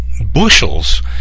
bushels